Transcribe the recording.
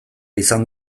izan